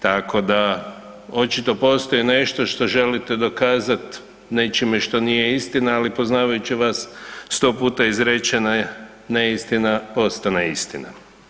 Tako da očito postoji nešto što želite dokazat nečime što nije istina, ali poznavajući vas sto puta izrečena neistina postane istina.